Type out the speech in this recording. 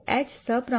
H સપ્રમાણ છે